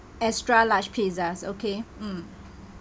extra large pizzas okay mm